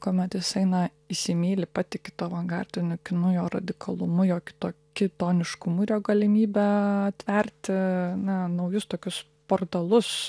kuomet jisai na įsimyli patiki tuo avangardiniu kinu jo radikalumu jo kito kitoniškumu ir jo galimybe atverti na naujus tokius portalus